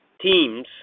teams